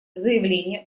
заявления